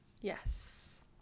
Yes